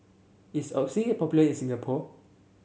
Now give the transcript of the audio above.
is Oxy popular in Singapore